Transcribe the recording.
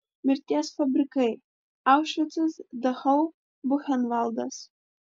mirties fabrikai aušvicas dachau buchenvaldas